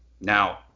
now